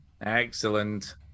Excellent